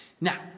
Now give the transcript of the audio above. Now